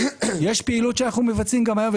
יש פעילות שאנו מבצעים גם היום.